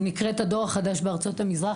היא נקראת 'הדור החדש בארצות המזרח',